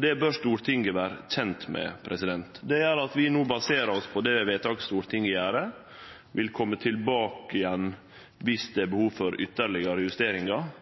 Det bør Stortinget vere kjent med. Vi baserer oss no på det vedtaket Stortinget gjer, og vi vil kome tilbake igjen om det er behov for ytterlegare justeringar.